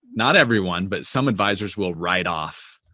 not everyone, but some advisors will write off,